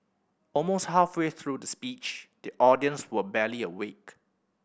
almost halfway through the speech the audience were barely awake